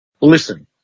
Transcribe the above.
listen